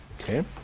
Okay